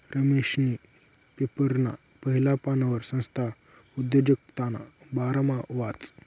रमेशनी पेपरना पहिला पानवर संस्था उद्योजकताना बारामा वाचं